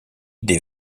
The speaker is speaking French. des